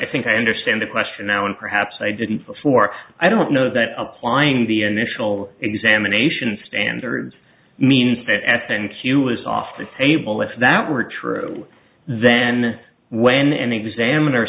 i think i understand the question now and perhaps i didn't before i don't know that applying the initial examination standards means that at and q is off the table if that were true then when an examiner